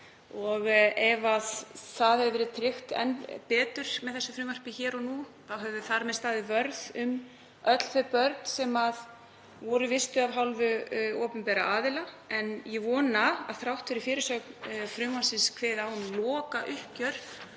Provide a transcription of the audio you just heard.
Ef það hefði verið tryggt enn betur með þessu frumvarpi hér og nú hefðum við þar með staðið vörð um öll þau börn sem voru vistuð af hálfu opinberra aðila. En ég vona, þrátt fyrir að fyrirsögn frumvarpsins kveði á um lokauppgjör,